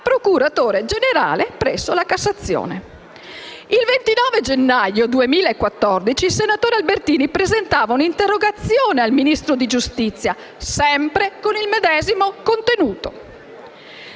procuratore generale presso la Cassazione. Il 29 gennaio 2014 il senatore Albertini presentava un'interrogazione al Ministro di giustizia, sempre con il medesimo contenuto.